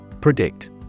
Predict